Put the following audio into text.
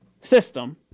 system